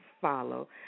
follow